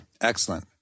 Excellent